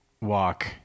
walk